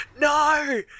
no